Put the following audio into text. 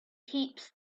heaps